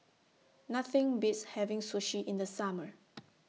Nothing Beats having Sushi in The Summer